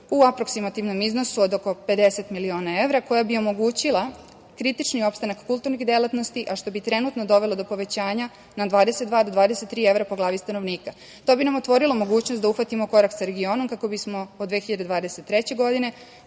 u aproksimativnom iznosu od oko 50 miliona evra, koja bi omogućila kritični opstanak kulturnih delatnosti, a što bi trenutno dovelo do povećanja na 22 do 23 evra po glavi stanovnika. To bi nam otvorilo mogućnost da uhvatimo korak sa regionom, kako bismo od 2023. godine